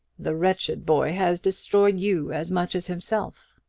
the wretched boy has destroyed you as much as himself!